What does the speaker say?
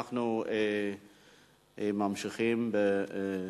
אכן, בעד, 6, אין מתנגדים.